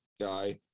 guy